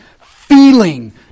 Feeling